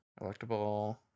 Electable